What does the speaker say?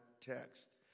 text